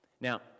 Now